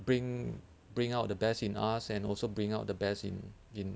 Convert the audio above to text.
bring bring out the best in us and also bring out the best in in